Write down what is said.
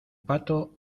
pato